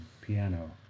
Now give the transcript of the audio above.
piano